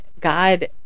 God